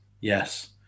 Yes